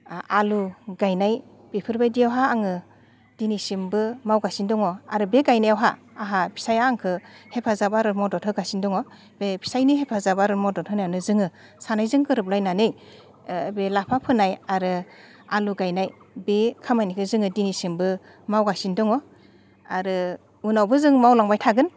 आलु गायनाय बेफोरबायदियावहा आङो दिनैसिमबो मावगासिनो दङ आरो बे गायनायावहा आंहा फिसायआ आंखो हेफाजाब आरो मदद होसागिनो दङ बे फिसायनि हेफाजाब आरो मदद होनानो जोङो सानैजों गोरोबलायनानै बे लाफा फोनाय आरो आलु गायनाय बे खामानिखो जोङो दिनैसिमबो मावगासिनो दङ आरो उनावबो जों मावलांबाय थागोन